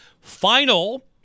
Final